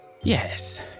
Yes